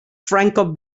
franco